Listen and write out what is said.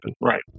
right